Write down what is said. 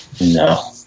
No